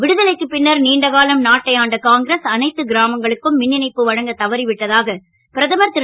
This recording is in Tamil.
விடுதலைக்குப் பின்னர் நீண்டகாலம் நாட்டை ஆண்ட காங்கிரஸ் அனைத்து கிராமங்களுக்கும் மின் இணைப்பு வழங்கத் தவறி விட்டதாக பிரதமர் ரு